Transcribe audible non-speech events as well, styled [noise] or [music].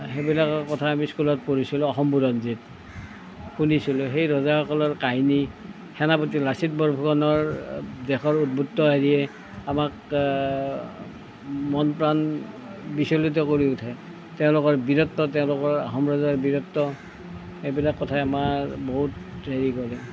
সেইবিলাকৰ কথা আমি স্কুলত পঢ়িছিলোঁ অসম বুৰঞ্জীত শুনিছিলোঁ সেই ৰজাসকলৰ কাহিনী সেনাপতি লাচিত বৰফুকনৰ দেশৰ [unintelligible] আমাক মন প্ৰাণ বিচলিত কৰি উঠে তেওঁলোকৰ বীৰত্ব তেওঁলোকৰ আহোম ৰজাৰ বীৰত্ব এইবিলাক কথাই আমাৰ বহুত হেৰি কৰে